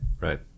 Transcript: Right